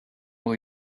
will